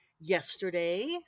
yesterday